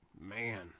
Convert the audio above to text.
man